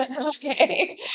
Okay